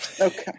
Okay